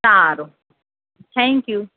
સારું thank you